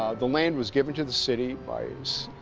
the land was given to the city by